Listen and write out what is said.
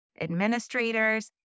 administrators